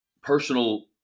personal